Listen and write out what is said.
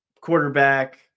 quarterback –